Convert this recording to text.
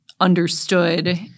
understood